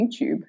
YouTube